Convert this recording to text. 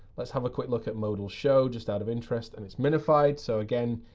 let's have a quick look at modal show, just out of interest. and it's minified. so again,